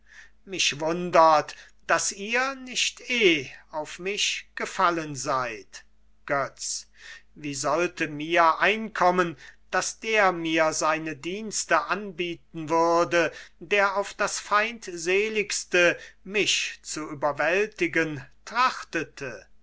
mich wundert daß ihr nicht eh auf mich gefallen seid götz wie sollte mir einkommen daß der mir seine dienste anbieten würde der auf das feindseligste mich zu überwältigen